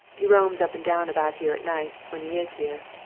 he roams up and down about here at nights, when he is here.